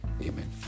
Amen